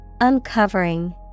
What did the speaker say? Uncovering